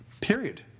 Period